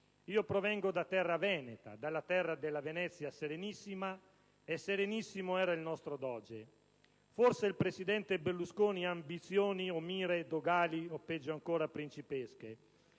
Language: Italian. Provengo da terra veneta, dalla terra della Venezia Serenissima, e serenissimo era il nostro Doge. Forse il presidente Berlusconi ha ambizioni o mire dogali o - peggio ancora - principesche,